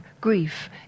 grief